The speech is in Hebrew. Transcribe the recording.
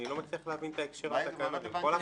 אני לא מצליח להבין את ההקשר לתקנות, עם כל הכבוד.